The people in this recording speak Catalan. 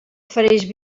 ofereix